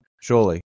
Surely